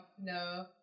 no